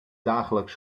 dagelijks